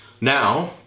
Now